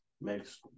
makes